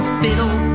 fiddle